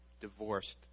divorced